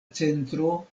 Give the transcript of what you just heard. centro